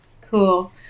cool